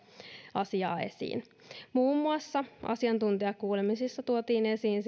asiaa esiin asiantuntijakuulemisissa tuotiin esiin